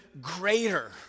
greater